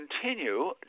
continue